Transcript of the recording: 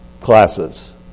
classes